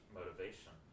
motivation